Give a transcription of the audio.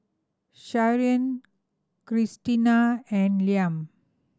Sharyn Krystina and Liam